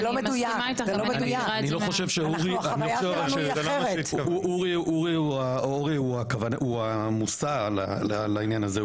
זה לא מה שהתכוונתי --- אני לא חושב שאורי הוא המושא לעניין זה,